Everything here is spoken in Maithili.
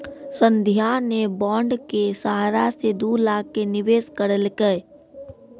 संध्या ने बॉण्ड के सहारा से दू लाख के निवेश करलकै